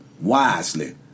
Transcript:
wisely